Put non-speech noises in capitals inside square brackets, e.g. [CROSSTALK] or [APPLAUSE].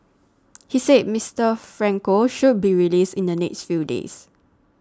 [NOISE] he said Mister Franco should be released in the next few days